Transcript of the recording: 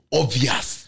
obvious